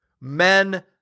men